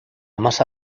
masa